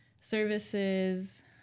services